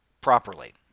properly